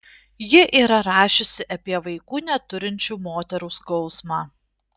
ji yra rašiusi apie vaikų neturinčių moterų skausmą